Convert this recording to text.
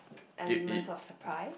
element of surprise